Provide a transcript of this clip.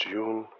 June